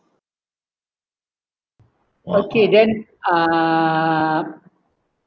okay then uh